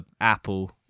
Apple